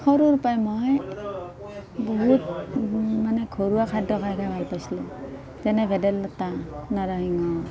সৰুৰ পাই মই বহুত মানে ঘৰুৱা খাদ্য খাই খায় ভাল পাইছিলোঁ যেনে ভেদাইলতা নৰসিংহ